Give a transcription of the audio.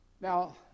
Now